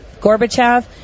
Gorbachev